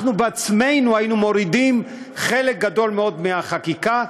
אנחנו בעצמנו היינו מורידים חלק גדול מהחקיקה.